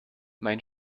mein